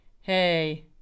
hey